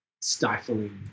stifling